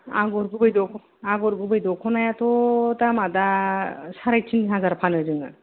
आगर गुबै दख'ना आगर गुबै दख'नायाथ' दामा दा साराय तिन हाजार फानो जोङो